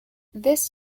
this